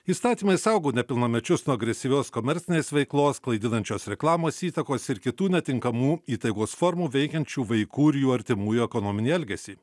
įstatymai saugo nepilnamečius nuo agresyvios komercinės veiklos klaidinančios reklamos įtakos ir kitų netinkamų įtaigos formų veikiančių vaikų ir jų artimųjų ekonominį elgesį